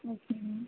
okay ma'am